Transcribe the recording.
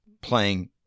playing